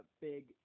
big